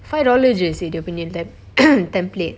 five dollar jer seh dia punya tem~ template